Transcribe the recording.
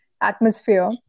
atmosphere